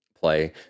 play